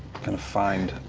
and find.